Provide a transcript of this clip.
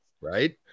right